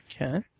Okay